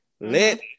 let